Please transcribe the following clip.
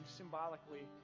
symbolically